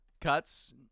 cuts